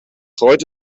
freut